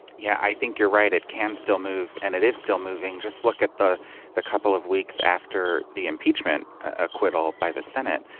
yeah, i think you're right, it can still move and it is still moving, just look at the the couple of weeks after the impeachment acquittal by the senate.